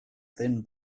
thin